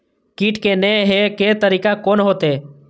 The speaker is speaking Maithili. कीट के ने हे के तरीका कोन होते?